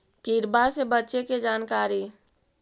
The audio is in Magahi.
किड़बा से बचे के जानकारी?